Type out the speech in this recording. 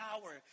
power